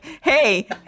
hey